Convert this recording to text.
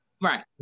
Right